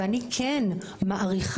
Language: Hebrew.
ואני כן מעריכה,